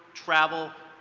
travel,